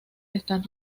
están